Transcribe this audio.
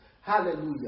Hallelujah